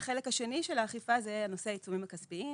החלק השני של האכיפה זה הנושא של העיצומים הכספיים.